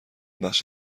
بخش